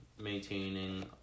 maintaining